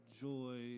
joy